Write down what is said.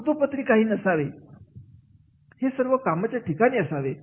कागदोपत्री काही नसावे हे सर्व कामाचे ठिकाणी असावे